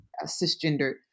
cisgender